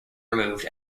removed